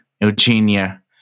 Eugenia